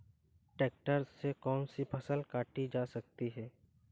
Tractor से कौन सी फसल काटी जा सकती हैं?